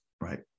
Right